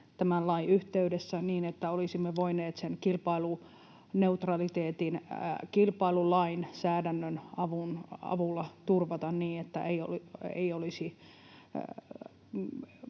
tämän lain yhteydessä, niin että olisimme voineet sen kilpailuneutraliteetin kilpailulainsäädännön avulla turvata, eli